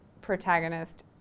protagonist